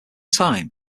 time